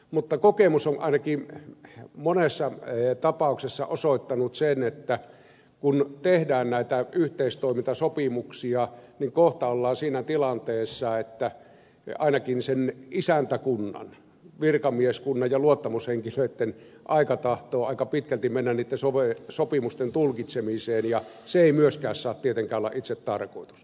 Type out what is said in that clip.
mutta kokemus on ainakin monessa tapauksessa osoittanut sen että kun tehdään näitä yhteistoimintasopimuksia niin kohta ollaan siinä tilanteessa että ainakin sen isäntäkunnan virkamieskunnan ja luottamushenkilöitten aika tahtoo aika pitkälti mennä niitten sopimusten tulkitsemiseen ja se ei myöskään saa tietenkään olla itsetarkoitus